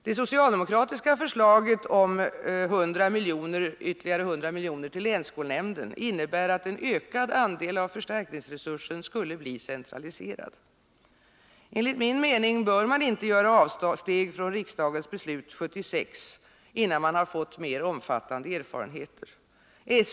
Det socialdemokratiska förslaget om ytterligare 100 milj.kr. till länsskolnämnderna innebär att en ökad andel av förstärkningsresursen skulle bli centraliserad. Enligt min mening bör man inte göra avsteg från riksdagens beslut 1976 innan man har fått mera omfattande erfarenheter.